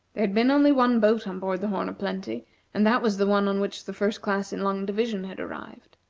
there had been only one boat on board the horn o' plenty, and that was the one on which the first class in long division had arrived.